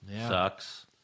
sucks